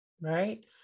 right